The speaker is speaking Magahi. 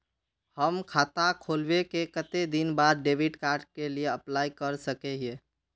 हम खाता खोलबे के कते दिन बाद डेबिड कार्ड के लिए अप्लाई कर सके हिये?